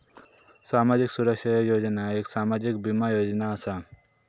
सामाजिक सुरक्षा योजना एक सामाजिक बीमा योजना असा